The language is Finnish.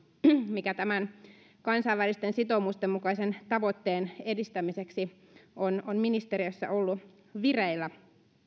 mikä tämän kansainvälisten sitoumusten mukaisen tavoitteen edistämiseksi on on ministeriössä ollut vireillä